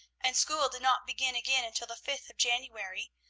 and school did not begin again until the fifth of january,